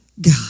God